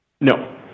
No